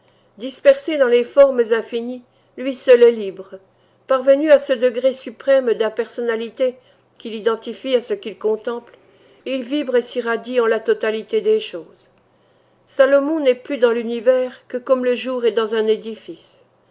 dispersé dans les formes infinies lui seul est libre parvenu à ce degré suprême d'impersonnalité qui l'identifie à ce qu'il contemple il vibre et s'irradie en la totalité des choses salomon n'est plus dans l'univers que comme le jour est dans un édifice